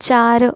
चार